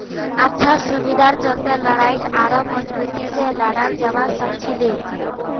अच्छा सुविधार चलते लड़ाईक आढ़ौ मजबूती से लड़ाल जवा सखछिले